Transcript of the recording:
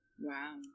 Wow